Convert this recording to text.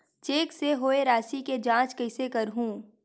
Cheque से होए राशि के जांच कइसे करहु?